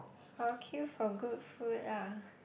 I will queue for good food lah